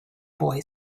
boy